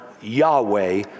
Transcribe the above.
Yahweh